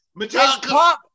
Metallica